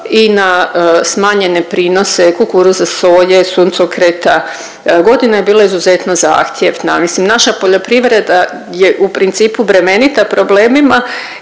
i na smanjene prinose kukuruza, soje, suncokreta, godina je bila izuzetno zahtjevna, mislim, naša poljoprivreda je u principu bremenita problemima